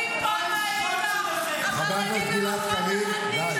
חבר הכנסת גלעד קריב, די.